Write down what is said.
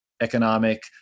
economic